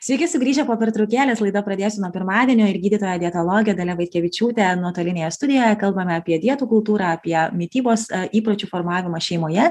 sveiki sugrįžę po pertraukėlės laida pradėsiu nuo pirmadienio ir gydytoja dietologė dalia vaitkevičiūtė nuotolinėje studijoje kalbame apie dietų kultūrą apie mitybos įpročių formavimą šeimoje